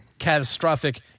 catastrophic